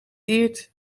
eert